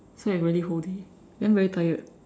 so it's really whole day then very tired